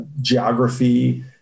geography